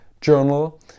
journal